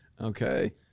Okay